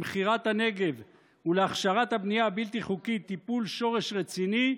למכירת הנגב ולהכשרת הבנייה הבלתי-חוקית "טיפול שורש רציני"